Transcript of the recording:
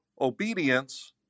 obedience